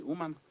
Uman